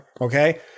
okay